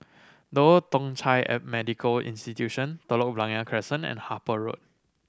the Old Thong Chai a Medical Institution Telok Blangah Crescent and Harper Road